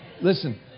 Listen